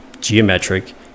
geometric